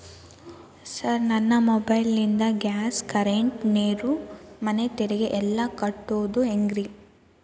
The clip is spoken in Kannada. ಸರ್ ನನ್ನ ಮೊಬೈಲ್ ನಿಂದ ಗ್ಯಾಸ್, ಕರೆಂಟ್, ನೇರು, ಮನೆ ತೆರಿಗೆ ಎಲ್ಲಾ ಕಟ್ಟೋದು ಹೆಂಗ್ರಿ?